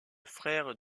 frère